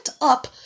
up